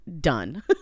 done